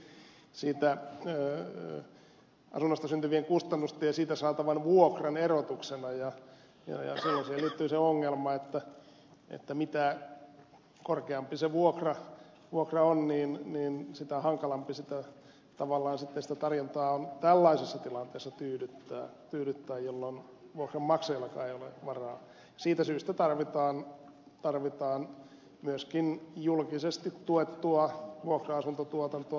mutta ennen kaikkea se syntyy tietysti siitä asunnosta syntyvien kustannusten ja siitä saatavan vuokran erotuksena ja silloin siihen liittyy se ongelma että mitä korkeampi se vuokra on niin sitä hankalampi tavallaan sitten sitä tarjontaa on tällaisissa tilanteissa tyydyttää jolloin vuokranmaksajallakaan ei ole varaa ja siitä syystä tarvitaan myöskin julkisesti tuettua vuokra asuntotuotantoa